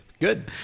Good